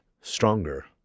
stronger